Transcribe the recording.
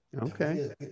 Okay